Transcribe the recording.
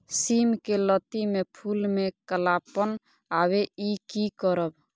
सिम के लत्ती में फुल में कालापन आवे इ कि करब?